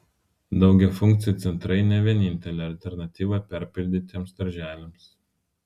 daugiafunkciai centrai ne vienintelė alternatyva perpildytiems darželiams